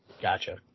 Gotcha